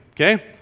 okay